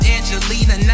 Angelina